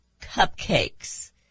cupcakes